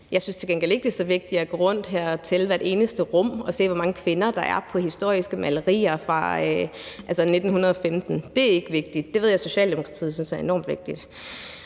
gengæld ikke, det er så vigtigt at gå rundt her i hvert eneste rum og tælle, hvor mange kvinder der er på historiske malerier fra f.eks. 1915. Det er ikke vigtigt – det ved jeg at Socialdemokratiet synes er enormt vigtigt.